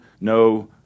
no